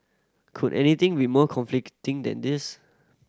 could anything be more conflicting than this